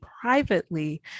privately